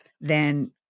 then-